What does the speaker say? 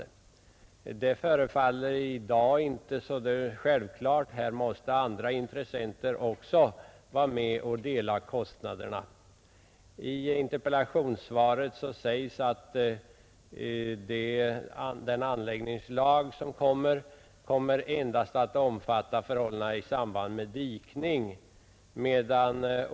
I dag förefaller detta inte lika självklart, utan även andra intressenter måste nu vara med och dela kostnaderna. I interpellationssvaret sägs att det förslag till anläggningslag som för närvarande utarbetas i detta fall endast kommer att omfatta rensning och underhåll av diken.